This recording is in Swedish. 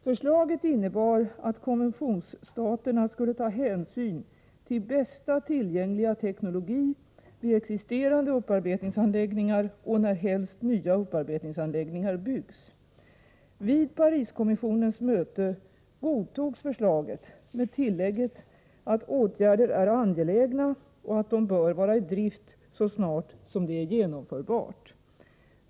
Förslaget innebar att konventionsstaterna skulle ta hänsyn till bästa tillgängliga teknologi vid existerande upparbetningsanläggningar och närhelst nya upparbetningsanläggningar byggs. Vid Pariskommissionens möte godtogs förslaget med tillägget att åtgärder är angelägna och att de bör vara i drift så snart som det är genomförbart.